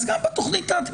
אז גם בתוכנית העתידית.